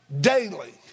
daily